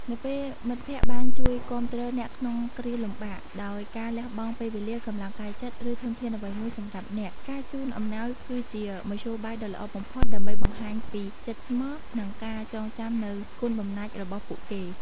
នៅពេលមិត្តភក្តិបានជួយគាំទ្រអ្នកក្នុងគ្រាលំបាក ដោយការលះបង់ពេលវេលា កម្លាំងកាយចិត្ត ឬធនធានអ្វីមួយសម្រាប់អ្នក ការជូនអំណោយគឺជាមធ្យោបាយដ៏ល្អបំផុតដើម្បីបង្ហាញពីចិត្តស្មោះ និងការចងចាំនូវគុណបំណាច់របស់ពួកគេ។